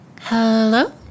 Hello